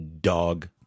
Dog